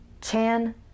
Chan